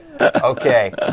Okay